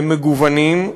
הם מגוונים,